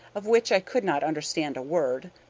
of which i could not understand a word,